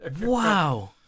Wow